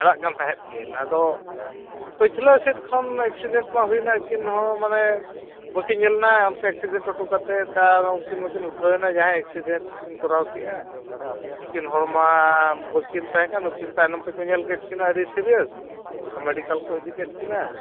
ᱪᱟᱞᱟᱜ ᱠᱟᱱ ᱛᱟᱦᱮᱱ ᱠᱤᱱ ᱟᱫᱚ ᱯᱟᱹᱪᱷᱞᱟᱹ ᱥᱮᱫ ᱠᱷᱚᱱ ᱮᱠᱥᱤᱰᱮᱱᱴᱢᱟ ᱦᱩᱭᱱᱟ ᱟᱹᱠᱤᱱ ᱦᱚᱸ ᱢᱟᱱᱮ ᱵᱟᱹᱠᱤᱱ ᱧᱮᱞ ᱞᱮᱱᱟ ᱱᱠᱟ ᱮᱠᱥᱤᱰᱮᱱᱴ ᱦᱚᱴᱚ ᱠᱟᱛᱮᱫ ᱛᱟᱭᱚᱢ ᱩᱱᱠᱤᱱ ᱢᱟᱠᱤ ᱩᱴᱷᱟᱹᱣᱱᱟ ᱡᱟᱦᱟᱸᱭ ᱮᱠᱥᱤᱰᱮᱱᱴ ᱠᱤᱱ ᱠᱚᱨᱟᱣ ᱠᱮᱜᱼᱟ ᱩᱱᱠᱤᱱ ᱦᱚᱲᱢᱟ ᱵᱟᱹᱠᱤᱱ ᱛᱟᱦᱮᱸ ᱠᱟᱱ ᱩᱱᱠᱤᱱ ᱛᱟᱭᱚᱢ ᱛᱮᱠᱚ ᱧᱮᱞ ᱠᱮᱫ ᱠᱤᱱᱟ ᱟᱹᱰᱤ ᱥᱤᱨᱤᱭᱟᱥ ᱟᱨ ᱢᱮᱰᱤᱠᱮᱞ ᱠᱚ ᱤᱫᱤ ᱠᱮᱫ ᱠᱤᱱᱟ